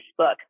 Facebook